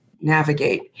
navigate